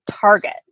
Target